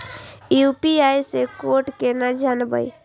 UPI से code केना जानवै?